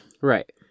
Right